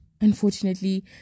unfortunately